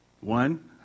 One